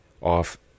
off